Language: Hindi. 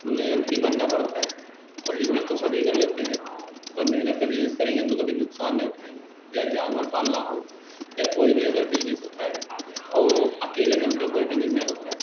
मेहनती बनना पड़ता है और बिज़नेस तो सभी कर लेते हैं पर मेहनत से बिज़नेस करेंगे तो कभी नुकसान नहीं उठाएँगे चाहे जानवर पालना हो या कोई भी अगर बिज़नेस होता है और अकेले दम पर कोई बिज़नेस नहीं होता है